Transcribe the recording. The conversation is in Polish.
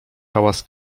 hałas